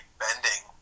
bending